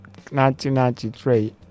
1993